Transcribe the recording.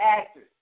actors